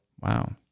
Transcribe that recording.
Wow